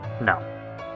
no